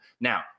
Now